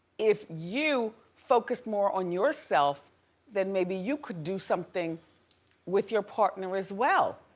if you focused more on yourself then maybe you could do something with your partner as well.